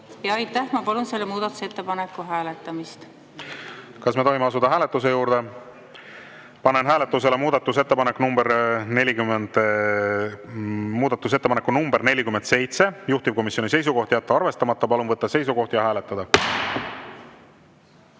Aitäh! Ma palun selle muudatusettepaneku hääletamist. Kas me tohime asuda hääletuse juurde? Panen hääletusele muudatusettepaneku nr 47, juhtivkomisjoni seisukoht on jätta arvestamata. Palun võtta seisukoht ja hääletada!